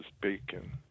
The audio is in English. Bacon